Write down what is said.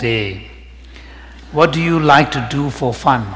day what do you like to do for fun